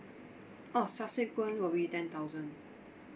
orh subsequent will be ten thousand